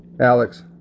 alex